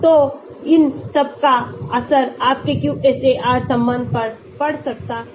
तो इन सबका असर आपके QSAR संबंध पर पड़ सकता है